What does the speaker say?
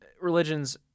religions